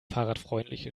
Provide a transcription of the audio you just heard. fahrradfreundliche